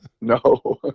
No